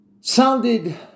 sounded